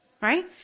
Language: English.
Right